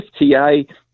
FTA